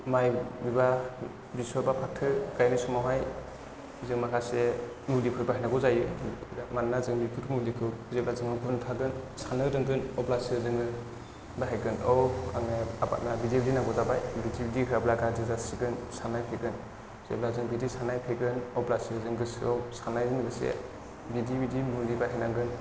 खोब माइ बिबा बेसर बा फाथो गायनाय समावहाय जे माखासे मुलिफोर बाहायनांगौ जायो मानोना जों बेफोर मुलिखौ जेब्ला जोंनाव गुन थागोन साननो रोंगोन अब्लासो जोङो बाहायगोन औ आङो आबादा बिदि नांगौ जाबाय बिदि बिदि होयाब्ला गाज्रि जासिगोन साननाय फैगोन जेब्ला जों बिदि साननाय फैगोन अब्लासो जों गोसोआव साननायजों लोगोसे बिदि बिदि मुलि बाहायनांगोन